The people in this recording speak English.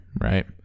Right